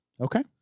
Okay